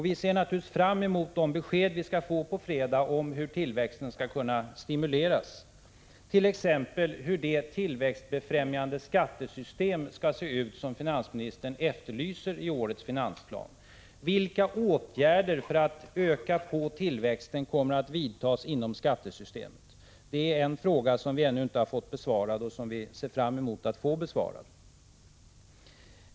Vi ser naturligtvis fram emot de besked vi skall få på fredag om hur tillväxten skall kunna stimuleras, t.ex. hur det tillväxtbefrämjande skattesystem skall se ut som finansministern efterlyser i årets finansplan. Vilka åtgärder för att öka tillväxten kommer att vidtas inom skattesystemet? Det är en fråga som vi ännu inte har fått besvarad och som vi ser fram emot att få besvarad.